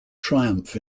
triumph